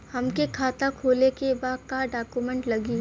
हमके खाता खोले के बा का डॉक्यूमेंट लगी?